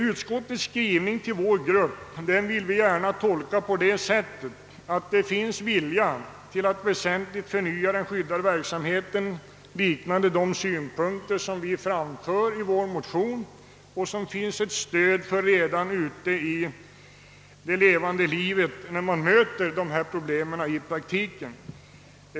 Utskottets skrivning vill vår grupp tolka så att det finns vilja att förnya den skyddade verksamheten i stort sett i enlighet med de synpunkter som vi framfört i vår motion och som det redan finns ett stöd för ute i det praktiska livet.